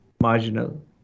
marginal